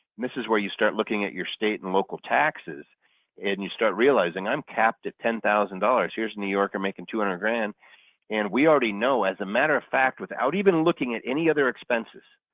this is where you start looking at your state and local taxes and you start realizing, i'm capped at ten thousand dollars. here's new york or making two hundred grand and we already know as a matter of fact without even looking at any other expenses.